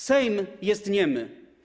Sejm jest niemy.